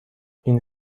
این